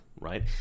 right